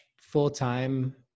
full-time